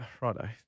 Righto